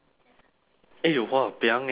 eh !wahpiang! eh you